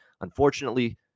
unfortunately